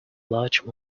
large